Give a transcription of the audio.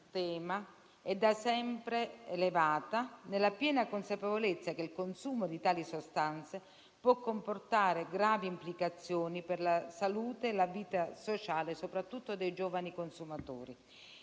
sul tema è da sempre elevata, nella piena consapevolezza che il consumo di tali sostanze può comportare gravi implicazioni per la salute e la vita sociale soprattutto dei giovani consumatori.